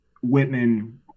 Whitman